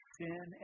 sin